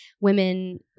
women